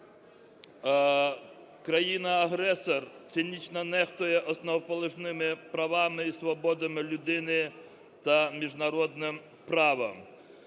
Країна-агресор цинічно нехтує основоположними права і свободами людини та міжнародним правом.